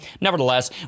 Nevertheless